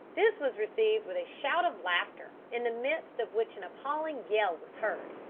this was received with a shout of laughter, in the midst of which an appalling yell was heard,